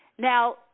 Now